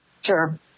sure